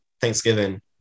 Thanksgiving